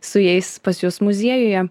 su jais pas jus muziejuje